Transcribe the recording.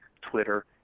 Twitter